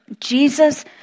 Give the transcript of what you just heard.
Jesus